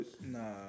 Nah